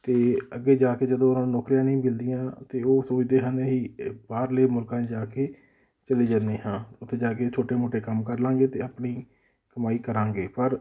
ਅਤੇ ਅੱਗੇ ਜਾ ਕੇ ਜਦੋਂ ਉਹਨਾਂ ਨੂੰ ਨੌਕਰੀਆਂ ਨਹੀਂ ਮਿਲਦੀਆਂ ਤਾਂ ਉਹ ਸੋਚਦੇ ਹਨ ਅਸੀਂ ਬਾਹਰਲੇ ਮੁਲਕਾਂ 'ਚ ਜਾ ਕੇ ਚਲੇ ਜਾਂਦੇ ਹਾਂ ਉੱਥੇ ਜਾ ਕੇ ਛੋਟੇ ਮੋਟੇ ਕੰਮ ਕਰ ਲਾਂਗੇ ਅਤੇ ਆਪਣੀ ਕਮਾਈ ਕਰਾਂਗੇ ਪਰ